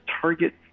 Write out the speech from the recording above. target